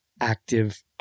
active